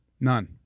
None